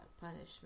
Punishment